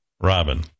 Robin